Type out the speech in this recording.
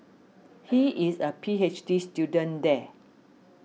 he is a P H D student there